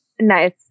nice